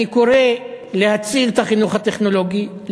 אני קורא להציל את החינוך הטכנולוגי,